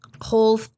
whole